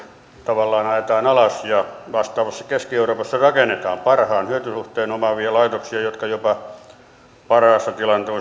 tavallaan ajetaan alas ja vastaavasti keski euroopassa rakennetaan parhaan hyötysuhteen omaavia laitoksia joilla parhaassa tilanteessa hyöty suhde on jopa